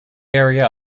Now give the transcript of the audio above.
area